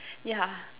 yeah